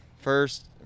first